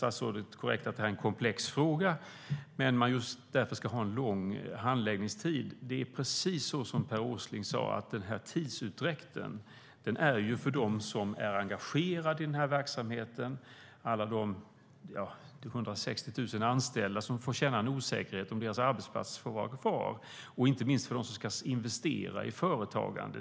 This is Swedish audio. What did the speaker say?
Statsrådet säger helt korrekt att det är en komplex fråga, och att man därför ska ha en lång handläggningstid. Det är precis som Per Åsling sade, att tidsutdräkten för de 160 000 anställda i den här verksamheten innebär att de får känna en osäkerhet om deras arbetsplats får vara kvar eller inte. Det gäller inte minst de som ska investera i företagen.